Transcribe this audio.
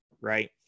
right